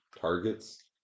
targets